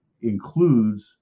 includes